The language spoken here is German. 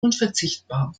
unverzichtbar